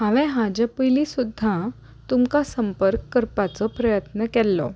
हांवें हाजे पयलीं सुद्दां तुमकां संपर्क करपाचो प्रयत्न केल्लो